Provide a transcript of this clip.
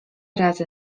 razy